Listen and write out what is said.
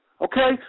okay